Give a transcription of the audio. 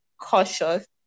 cautious